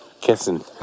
kissing